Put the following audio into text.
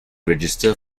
register